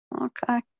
okay